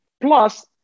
plus